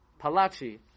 Palachi